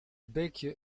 beekje